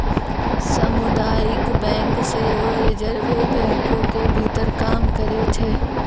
समुदायिक बैंक सेहो रिजर्वे बैंको के भीतर काम करै छै